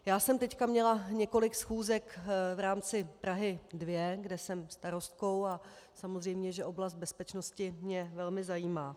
Já jsem teď měla několik schůzek v rámci Prahy 2, kde jsem starostkou, a samozřejmě oblast bezpečnosti mě velmi zajímá.